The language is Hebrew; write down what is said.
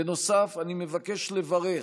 בנוסף, אני מבקש לברך